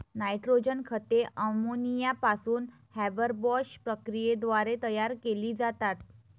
nitrogen खते ammonia पासून हॅबरबॉश प्रक्रियेद्वारे तयार केली जातात